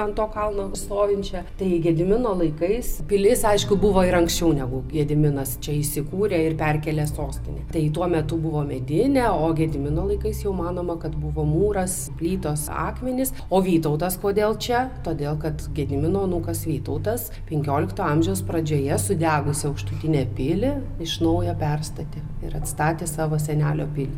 ant to kalno stovinčią tai gedimino laikais pilis aišku buvo ir anksčiau negu gediminas čia įsikūrė ir perkėlė sostinę tai tuo metu buvo medinė o gedimino laikais jau manoma kad buvo mūras plytos akmenys o vytautas kodėl čia todėl kad gedimino anūkas vytautas penkiolikto amžiaus pradžioje sudegus aukštutinę pilį iš naujo perstatė ir atstatė savo senelio pilį